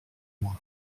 moi